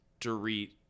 Dorit